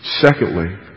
secondly